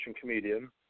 comedian